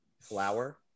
flour